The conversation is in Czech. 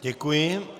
Děkuji.